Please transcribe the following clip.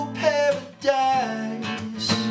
paradise